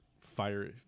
fire